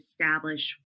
establish